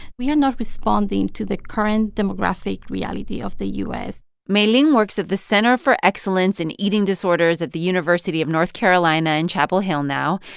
we are not responding to the current demographic reality of the u s mae lynn works at the center for excellence and eating disorders at the university of north carolina in chapel hill now,